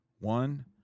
one